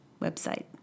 website